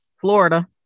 florida